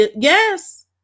Yes